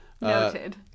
Noted